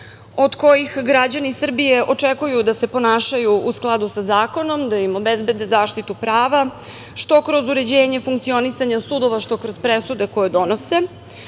od kojih građani Srbije očekuju da se ponašaju u skladu sa zakonom, da im obezbede zaštitu prava što kroz uređenje funkcionisanja sudova, što kroz presude koje donose. Ono